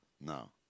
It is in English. No